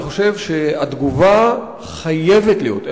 אני חושב שהתגובה חייבת להיות,